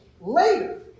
later